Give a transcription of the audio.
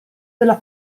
delle